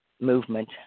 movement